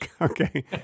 okay